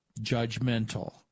judgmental